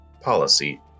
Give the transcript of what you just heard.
policy